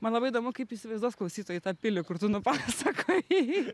man labai įdomu kaip įsivaizduos klausytojai tą pilį kur tu nupasakojai